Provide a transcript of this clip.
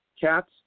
Cats